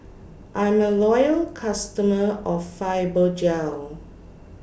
I'm A Loyal customer of Fibogel